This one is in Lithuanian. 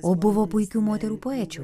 o buvo puikių moterų poečių